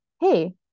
hey